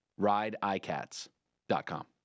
Rideicats.com